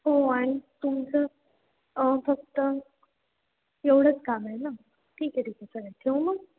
हो आणि तुमचं फक्त एवढंच काम आहे ना ठीक आहे ठीक आहे चालेल ठेवू मग